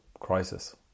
Crisis